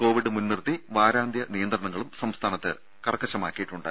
Covid മുൻനിർത്തി വാരാന്ത്യ നിയന്ത്രണങ്ങളും സംസ്ഥാനത്ത് കർശനമാക്കിയിട്ടുണ്ട്